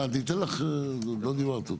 אני אתן לך, לא דיברת עוד.